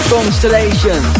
Constellation